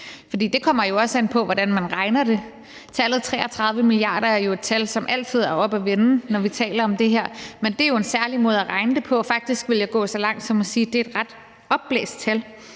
det kommer jo også an på, hvordan man regner på det. Tallet 33 mia. kr. er jo et tal, som altid er oppe at vende, når vi taler om det her, men det er jo en særlig måde at regne det på. Faktisk vil jeg gå så langt som til at sige, at det er et ret opblæst tal.